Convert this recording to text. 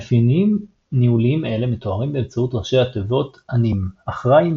מאפיינים ניהוליים אלה מתוארים באמצעות ראשי התיבות אנימ אחראי,